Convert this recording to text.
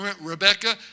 Rebecca